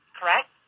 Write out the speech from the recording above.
Correct